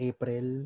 April